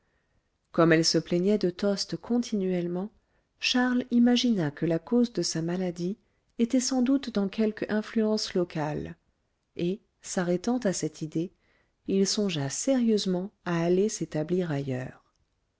comme elle se plaignait de tostes continuellement charles imagina que la cause de sa maladie était sans doute dans quelque influence locale et s'arrêtant à cette idée il songea sérieusement à aller s'établir ailleurs